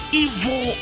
evil